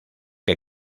que